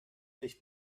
dich